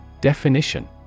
Definition